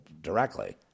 directly